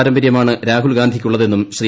പാരമ്പര്യമാണ് രാഹുൽഗാന്ധിക്ക് ഉള്ളതെന്നും ശ്രീ